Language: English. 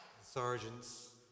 sergeants